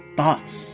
thoughts